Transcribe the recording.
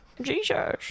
Jesus